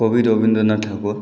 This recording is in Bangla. কবি রবীন্দ্রনাথ ঠাকুর